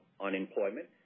unemployment